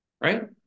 Right